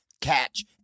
Catch